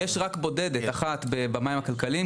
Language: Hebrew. יש רק אחת בודדת במים הכלכליים,